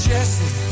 Jesse